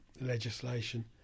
legislation